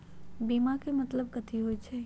बीमा के मतलब कथी होई छई?